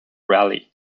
rally